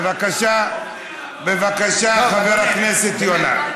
בבקשה, חבר הכנסת יונה.